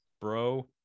bro